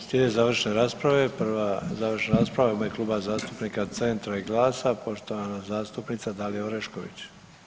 Slijede završne rasprave, prva završna rasprava u ime Kluba zastupnika Centra i GLAS-a, poštovana zastupnica Dalija Orešković.